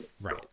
Right